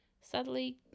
Sadly